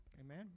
Amen